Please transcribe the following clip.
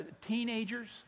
Teenagers